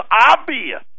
obvious